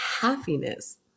happiness